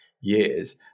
years